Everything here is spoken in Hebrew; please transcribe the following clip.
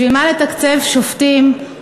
בשביל מה לתקצב שופטים,